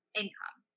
income